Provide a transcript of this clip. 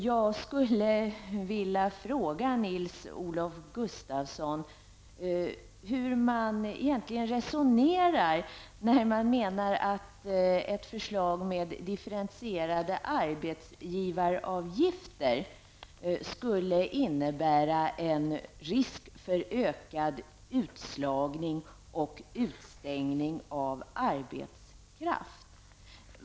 Jag skulle vilja fråga Nils-Olof Gustafsson hur man egentligen resonerar när man menar att differentierade arbetsgivaravgifter skulle innebära en risk för ökad utslagning och utestängning av arbetskraft.